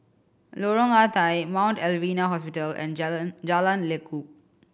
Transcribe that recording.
Lorong Ah Thia Mount Alvernia Hospital and Jalan Jalan Lekub